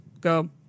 go